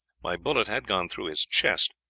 my bullet had gone through his chest.